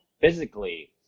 physically